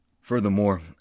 Furthermore